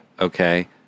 Okay